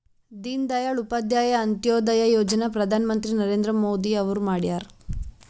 ದೀನ ದಯಾಳ್ ಉಪಾಧ್ಯಾಯ ಅಂತ್ಯೋದಯ ಯೋಜನಾ ಪ್ರಧಾನ್ ಮಂತ್ರಿ ನರೇಂದ್ರ ಮೋದಿ ಅವ್ರು ಮಾಡ್ಯಾರ್